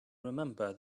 remember